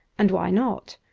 and why not.